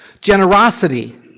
Generosity